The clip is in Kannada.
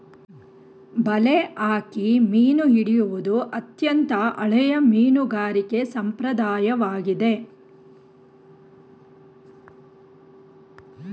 ಬಲೆ ಹಾಕಿ ಮೀನು ಹಿಡಿಯುವುದು ಅತ್ಯಂತ ಹಳೆಯ ಮೀನುಗಾರಿಕೆ ಸಂಪ್ರದಾಯವಾಗಿದೆ